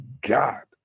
God